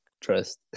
trust